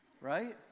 right